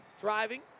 Driving